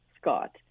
Scott